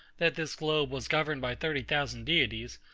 that this globe was governed by thirty thousand deities,